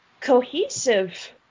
cohesive